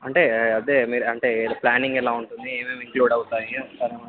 అంటే అదే మీరు అంటే ప్లానింగ్ ఎలా ఉంటుంది ఏమేమి ఇంక్లూడ్ అవుతాయి